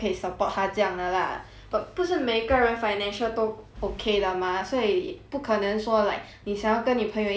but 不是每一个人 financial 都 okay 的 mah 所以不可能说 like 你想要跟你朋友一起 study 就可以的 mah